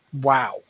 wow